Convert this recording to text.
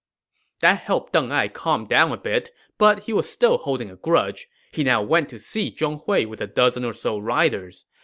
that helped deng ai calm down a bit, but he was still holding a grudge. he now went to see zhong hui with a dozen or so riders.